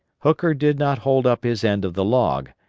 hooker did not hold up his end of the log,